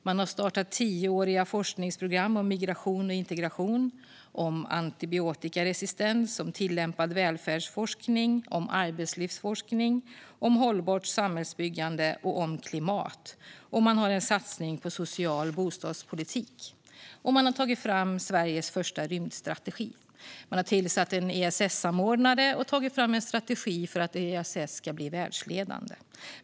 Man har startat tioåriga forskningsprogram om migration och integration, om antibiotikaresistens, om tillämpad välfärdsforskning, om arbetslivsforskning, om hållbart samhällsbyggande och om klimat. Man har en satsning på social bostadspolitik. Man har tagit fram Sveriges första rymdstrategi. Man har tillsatt en ESS-samordnare och tagit fram strategi för att ESS ska bli världsledande.